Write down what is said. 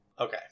Okay